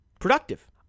Productive